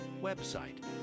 website